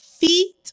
feet